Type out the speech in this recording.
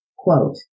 Quote